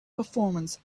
performance